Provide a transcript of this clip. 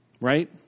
Right